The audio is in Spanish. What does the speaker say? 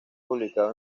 publicado